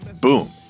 boom